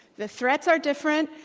the threats are different,